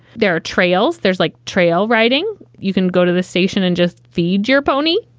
there are trails. there's like trail riding. you can go to the station and just feed your pony